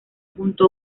junto